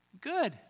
Good